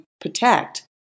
protect